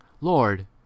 lord